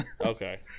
Okay